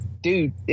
dude